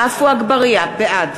בעד